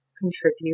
contribute